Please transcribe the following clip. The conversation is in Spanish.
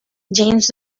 james